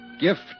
gift